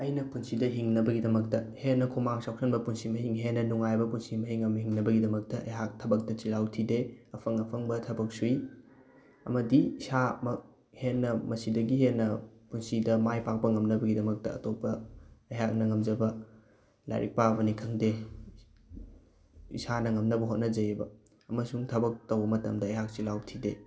ꯑꯩꯅ ꯄꯨꯟꯁꯤꯗ ꯍꯤꯡꯅꯕꯒꯤꯗꯃꯛꯇ ꯍꯦꯟꯅ ꯈꯨꯃꯥꯡ ꯆꯥꯎꯁꯟꯕ ꯄꯨꯟꯁꯤ ꯃꯍꯤꯡ ꯍꯦꯟꯅ ꯅꯨꯡꯉꯥꯏꯕ ꯄꯨꯟꯁꯤ ꯃꯍꯤꯡ ꯑꯃ ꯍꯤꯡꯅꯕꯒꯤꯗꯃꯛꯇ ꯑꯩꯍꯥꯛ ꯊꯥꯕꯛꯇ ꯆꯤꯜꯍꯥꯎ ꯊꯤꯗꯦ ꯑꯐꯪ ꯑꯐꯪꯕ ꯊꯥꯕꯛ ꯁꯨꯏ ꯑꯃꯗꯤ ꯏꯁꯥꯃꯛ ꯍꯦꯟꯅ ꯃꯁꯤꯗꯒꯤ ꯍꯦꯟꯅ ꯄꯨꯟꯁꯤꯗ ꯃꯥꯏ ꯄꯥꯛꯄ ꯉꯝꯅꯕꯒꯤꯗꯃꯛꯇ ꯑꯇꯣꯞꯄ ꯑꯩꯍꯥꯛꯅ ꯉꯝꯖꯕ ꯂꯥꯏꯔꯤꯛ ꯄꯥꯕꯅꯤ ꯈꯪꯗꯦ ꯏꯁꯥꯅ ꯉꯝꯅꯕ ꯍꯣꯠꯅꯖꯩꯑꯕ ꯑꯃꯁꯨꯡ ꯇꯧꯕ ꯃꯇꯝꯗ ꯑꯩꯍꯥꯛ ꯆꯤꯜꯍꯥꯎ ꯊꯤꯗꯦ